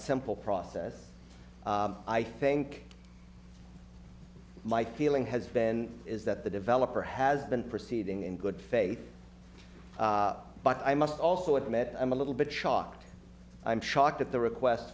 simple process i think my feeling has been is that the developer has been proceeding in good faith but i must also admit i'm a little bit shocked i'm shocked at the request